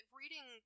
reading